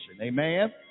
amen